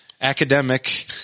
academic